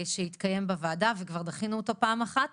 שיתקיים בוועדה וכבר דחינו אותו פעם אחת.